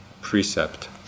precept